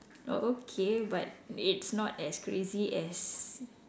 o~ okay but it's not as crazy as